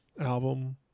album